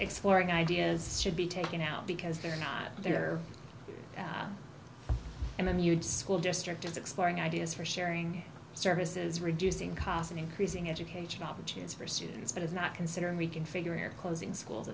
exploring ideas should be taken out because they're not there and then you'd school district is exploring ideas for sharing services reducing costs and increasing educational opportunities for students but is not considering reconfiguring or closing schools